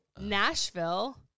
Nashville